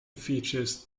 features